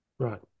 Right